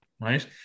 right